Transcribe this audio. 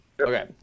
Okay